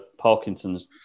parkinson's